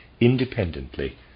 independently